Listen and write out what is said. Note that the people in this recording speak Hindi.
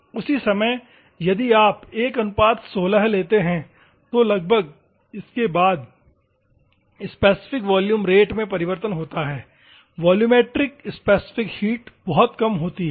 उसी समय यदि आप 116 लेते हैं तो लगभग इसके बाद स्पेसिफिक वॉल्यूम रेट में परिवर्तन होता है वोलूमेट्रिक स्पेसिफिक हीट बहुत कम होती है